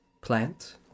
plant